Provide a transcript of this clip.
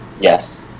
Yes